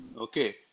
Okay